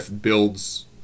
builds